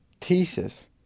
thesis